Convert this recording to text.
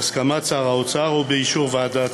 בהסכמת שר האוצר ובאישור ועדת